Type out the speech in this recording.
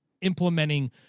implementing